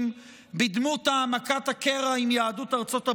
בדמות העמקת הקרע עם יהדות ארצות הברית,